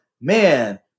man